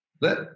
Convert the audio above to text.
Let